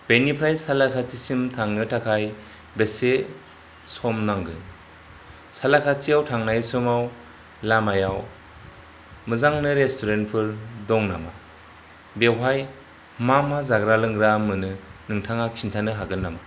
बेनिफ्राय सालाखाथिसिम थांनो थाखाय बेसे सम नांगोन सालाखाथियाव थांनाय समाव लामायाव मोजांनो रेसटुरेन्टफोर दं नामा बेवहाय मा मा जाग्रा लोंग्रा मोनो नोंथाङा खिनथानो हागोन नामा